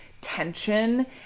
tension